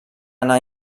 anar